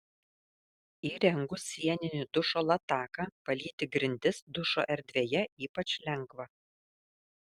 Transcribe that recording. įrengus sieninį dušo lataką valyti grindis dušo erdvėje ypač lengva